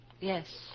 Yes